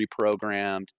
reprogrammed